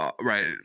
Right